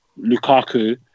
Lukaku